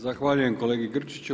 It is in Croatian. Zahvaljujem kolegi Grčiću.